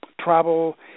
Travel